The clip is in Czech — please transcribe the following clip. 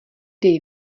dej